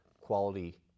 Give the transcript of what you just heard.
quality